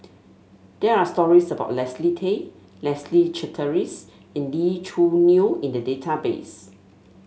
there are stories about Leslie Tay Leslie Charteris and Lee Choo Neo in the database